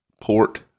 port